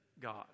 God